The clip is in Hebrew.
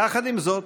יחד עם זאת,